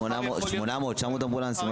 900-800 אמבולנסים?